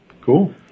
Cool